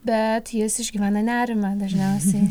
bet jis išgyvena nerimą dažniausiai